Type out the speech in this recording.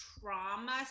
trauma